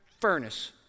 furnace